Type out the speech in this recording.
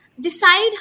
decide